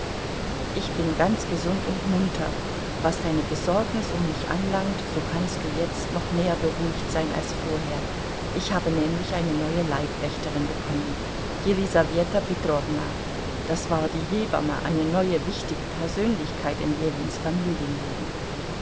ich bin ganz gesund und munter was deine besorgnis um mich anlangt so kannst du jetzt noch mehr beruhigt sein als vorher ich habe nämlich eine neue leibwächterin bekommen jelisaweta petrowna das war die hebamme eine neue wichtige persönlichkeit in ljewins